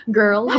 girl